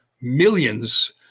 millions